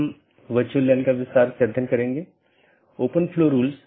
विशेषता का संयोजन सर्वोत्तम पथ का चयन करने के लिए उपयोग किया जाता है